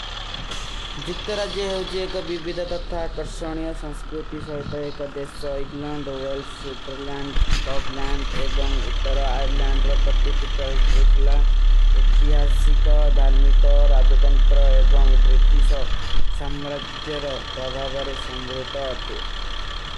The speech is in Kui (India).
ଜିକ୍ତରା ଜେହୋ ଜେକ ଵିଵିଦ ତତ୍ଥା କର୍ଷଣିଯ ସଂସ୍କୃତି ସହେତା ଏକ ଦେଶ ଇଗଲଂଡ, ସ୍କଟଲଂଡ, ଏବଂଗ ଉତରା ଆଯରଲଂଡ। ଔର ପତ୍ଯ ତୀତା ହିସ୍ଟ୍ରୋକିଲା, ଏତିହାସୀକ, ଧାର୍ମିକ, ରାଜତଂତ୍ର, ଏବଂଗ ବ୍ରିଟୀଶ, ସମ୍ରଜ୍ଜର, ପ୍ରଭାବରେ ସଂବୃତା ଅର୍ଟେ।